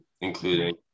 including